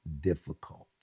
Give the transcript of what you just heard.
difficult